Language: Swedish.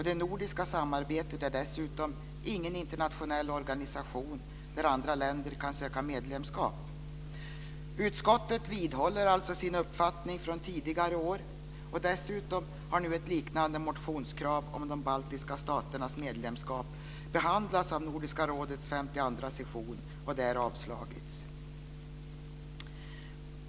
Det nordiska samarbetet är dessutom ingen internationell organisation där andra länder kan ansöka om medlemskap. Utskottet vidhåller alltså sin uppfattning från tidigare år. Dessutom har nu ett liknande motionskrav om medlemskap för de baltiska staterna behandlats vid Nordiska rådets 52:a session och där avslagits.